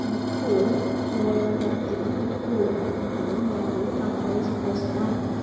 முக்கு வரும் சோளம் பருத்தி எல்லாம் முக்கு வரும் அதெல்லாம் வரம்போது பார்க்கம்போது சந்தோஸமாக இருக்கும்